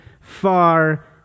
far